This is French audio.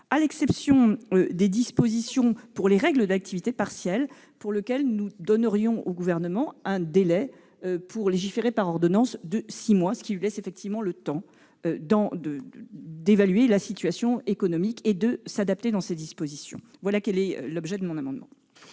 à l'exception des dispositions concernant les règles d'activité partielle, pour lesquelles nous donnerions au Gouvernement un délai pour légiférer par ordonnances de six mois, ce qui lui laisserait le temps d'évaluer la situation économique et d'adapter les dispositions. L'amendement